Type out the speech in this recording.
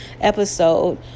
episode